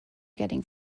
getting